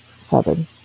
seven